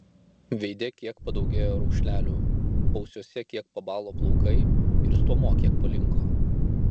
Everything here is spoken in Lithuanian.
veide kiek padaugėjo raukšlelių paausiuose kiek pabalo plaukai ir stuomuo kiek palinko